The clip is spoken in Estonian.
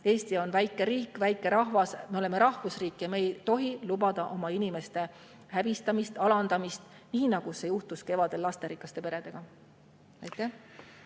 Eesti on väike riik, väike rahvas, me oleme rahvusriik ja me ei tohi lubada oma inimeste häbistamist ja alandamist, nii nagu see juhtus kevadel lasterikaste peredega. Hea